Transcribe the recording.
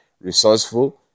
resourceful